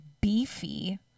beefy